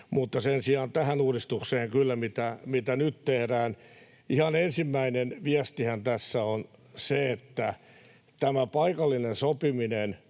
mutta sen sijaan tähän uudistukseen kyllä, mitä nyt tehdään. Ihan ensimmäinen viestihän tässä on se, että tämä paikallinen sopiminen